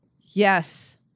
Yes